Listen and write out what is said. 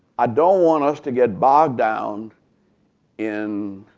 i don't want us to get bogged down in